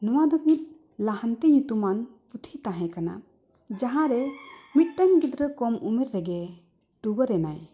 ᱱᱚᱣᱟ ᱫᱚ ᱢᱤᱫ ᱞᱟᱦᱟᱱᱛᱤ ᱧᱩᱛᱩᱢᱟᱱ ᱯᱩᱛᱷᱤ ᱛᱟᱦᱮᱸ ᱠᱟᱱᱟ ᱡᱟᱦᱟᱸᱨᱮ ᱢᱤᱫᱴᱟᱝ ᱜᱤᱫᱽᱨᱟᱹ ᱠᱚᱢ ᱩᱢᱮᱨ ᱨᱮᱜᱮ ᱴᱩᱣᱟᱹᱨ ᱮᱱᱟᱭ